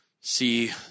see